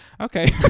Okay